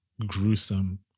gruesome